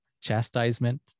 chastisement